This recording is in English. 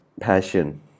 passion